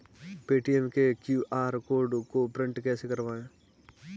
Paytm के QR code को print कैसे करवाएँ?